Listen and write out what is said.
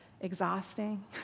exhausting